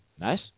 Nice